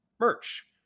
merch